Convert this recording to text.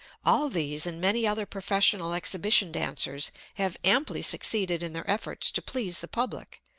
all these and many other professional exhibition dancers have amply succeeded in their efforts to please the public,